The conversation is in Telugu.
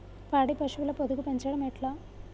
పాడి పశువుల పొదుగు పెంచడం ఎట్లా?